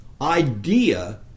idea